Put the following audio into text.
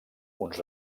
uns